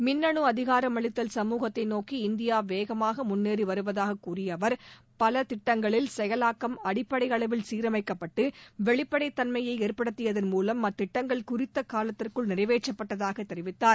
மின்னனு அதிகாரமளித்தல் சமூகத்தை நோக்கி இந்தியா வேகமாக முன்னேறி வருவதாக கூறிய அவர் பல திட்டங்களில் செயலாக்கம் அடிப்படை அளவில் சீர்செய்யப்பட்டு வெளிப்படைத்தன்மயை ஏற்படுத்தியதன் மூலம் அத்திட்டங்கள் குறித்த காலத்திற்குள் நிறைவேற்றப்பட்டதாக தெரிவித்தார்